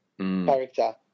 character